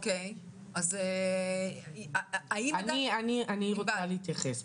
אני רוצה להתייחס,